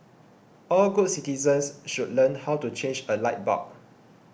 all good citizens should learn how to change a light bulb